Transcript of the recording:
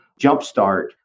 jumpstart